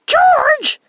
George